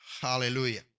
Hallelujah